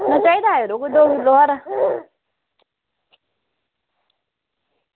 में चाहिदा हा यरो कोई दौ किलो हारा